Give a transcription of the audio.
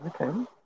Okay